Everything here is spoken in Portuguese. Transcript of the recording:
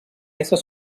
essas